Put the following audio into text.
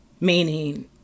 meaning